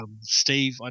Steve